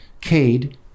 Cade